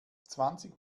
zwanzig